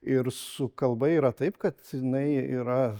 ir su kalba yra taip kad jinai yra